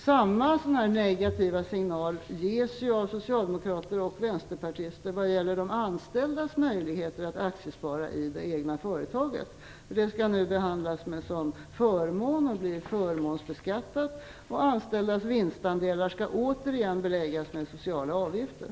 Samma negativa signal ges av socialdemokrater och vänsterpartister vad gäller de anställdas möjligheter att aktiespara i det egna företaget. Det skall nu behandlas som förmån och förmånsbeskattas, och anställdas vinstandelar skall återigen beläggas med sociala avgifter.